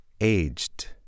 Aged